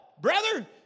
Brother